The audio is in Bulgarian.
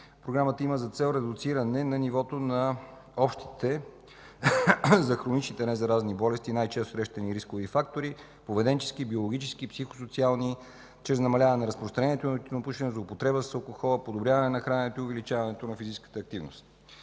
Програмата има за цел редуциране на нивото за общите за хронични незаразни болести, най-често срещани рискови фактори: поведенчески, биологични и психосоциални, чрез намаляване на разпространението на тютюнопушенето, злоупотребата с алкохол, подобряване на храненето и увеличаването на физическата активност.